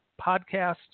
podcast